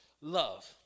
love